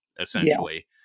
essentially